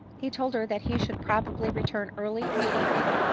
he told her that he should probably return early in the evening,